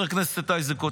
חבר הכנסת איזנקוט,